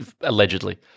Allegedly